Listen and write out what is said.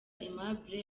aimable